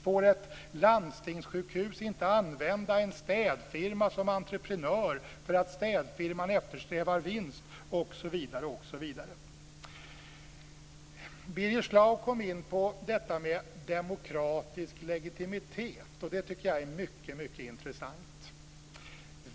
Får ett landstingssjukhus inte använda en städfirma som entreprenör därför att städfirman eftersträvar vinst? Birger Schlaug kom in på detta med demokratisk legitimitet, och det är mycket intressant.